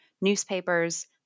newspapers